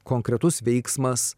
konkretus veiksmas